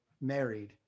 married